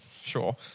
sure